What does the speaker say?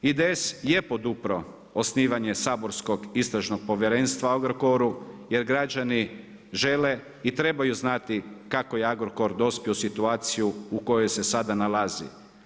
IDS je podupro osnivanje saborskog Istražnog povjerenstva o Agrokoru, jer građani žele i trebaju znati kako je Agrokor dospio u situaciju u kojoj se nalazi.